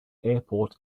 airport